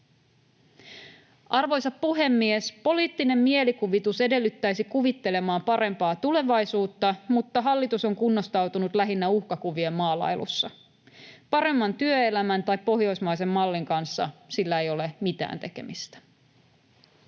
Arvoisa puhemies! Poliittinen mielikuvitus edellyttäisi kuvittelemaan parempaa tulevaisuutta, mutta hallitus on kunnostautunut lähinnä uhkakuvien maalailussa. Paremman työelämän tai pohjoismaisen mallin kanssa sillä ei ole mitään tekemistä.